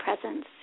Presence